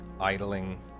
idling